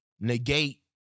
negate